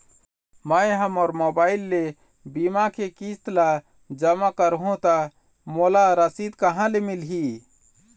मैं हा मोर मोबाइल ले बीमा के किस्त ला जमा कर हु ता मोला रसीद कहां ले मिल ही?